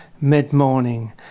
mid-morning